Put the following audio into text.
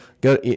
Go